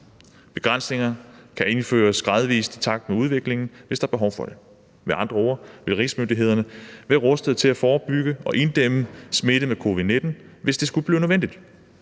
Begrænsninger kan indføres gradvis i takt med udviklingen, hvis der er behov for det. Med andre ord vil rigsmyndighederne være rustet til at forebygge og inddæmme smitte med covid-19, hvis det skulle blive nødvendigt.